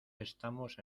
estamos